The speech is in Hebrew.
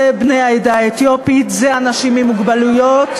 זה בני העדה האתיופית, זה אנשים עם מוגבלות,